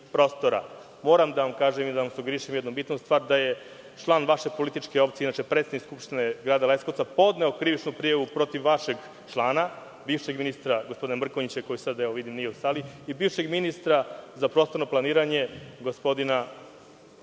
da vam kažem i da vam sugerišem jednu bitnu stvar, da je član vaše političke opcije, inače predsednik Skupštine grada Leskovca, podneo krivičnu prijavu protiv vašeg člana, bivšeg ministra, gospodina Mrkonjića, koji sada, vidim, nije u sali, kao i protiv bivšeg ministra za prostorno planiranje, gospodina